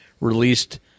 released